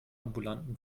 ambulanten